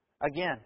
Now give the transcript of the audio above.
Again